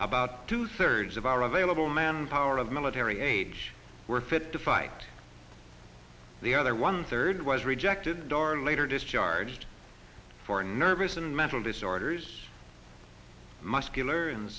about two thirds of our available manpower of military age were fit to fight the other one third was rejected or later discharged for nervous and mental disorders muscular and